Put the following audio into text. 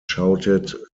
shouted